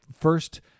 first